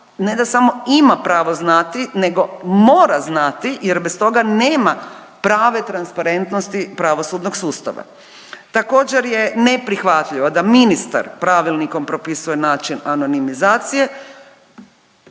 ne da samo ima pravo znati, nego mora znati jer bez toga nema prave transparentnosti pravosudnog sustava. Također je neprihvatljivo da ministar Pravilnikom propisuje način anonimizacije,